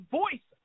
voice